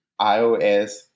iOS